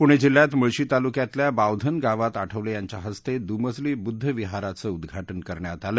पुणे जिल्ह्यात मुळशी तालुक्यातल्या बावधन गावात आठवले यांच्या हस्ते दुमजली बुद्ध विहाराचं उद्घाटन करण्यात आलं